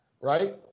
right